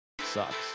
sucks